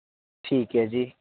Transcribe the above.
ਠੀਕ ਹੈ ਜੀ